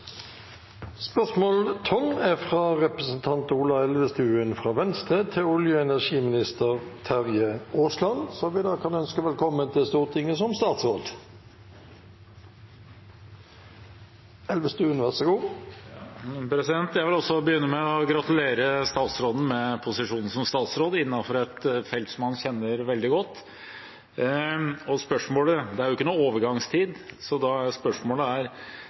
er modent. Dette spørsmålet er fra representanten Ola Elvestuen fra Venstre til olje- og energiminister Terje Aasland, som vi da kan ønske velkommen til Stortinget som statsråd. Jeg vil også begynne med å gratulere statsråden med posisjonen som statsråd innenfor et felt som han kjenner veldig godt. Det er jo ikke noe overgangstid, så da er spørsmålet: «Den siste uken har vist at energipolitikk også er